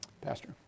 Pastor